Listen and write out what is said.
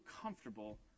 comfortable